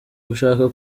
gushaka